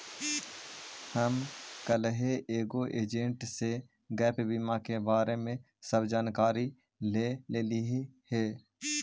हम कलहे एगो एजेंट से गैप बीमा के बारे में सब जानकारी ले लेलीअई हे